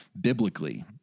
biblically